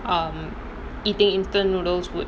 um eating instant noodles would